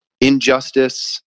injustice